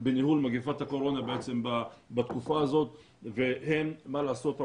בניהול מגפת הקורונה בתקופה הזאת ומה לעשות,